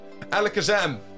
Alakazam